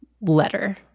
letter